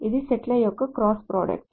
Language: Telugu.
ఇది సెట్ల యొక్క క్రాస్ ప్రొడక్ట్